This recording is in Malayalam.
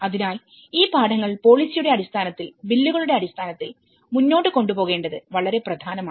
അതിനാൽ ഈ പാഠങ്ങൾ പോളിസി യുടെ അടിസ്ഥാനത്തിൽബില്ലുകളുടെ അടിസ്ഥാനത്തിൽമുന്നോട്ട് കൊണ്ടുപോകേണ്ടത് വളരെ പ്രധാനമാണ്